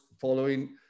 following